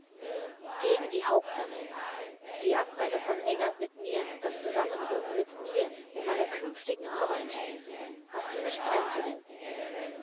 gegen die hauptsache die abreise von england mit mir das zusammenwirken mit mir in meiner künftigen arbeit hast du nichts einzuwenden